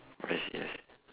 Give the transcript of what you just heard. I see I see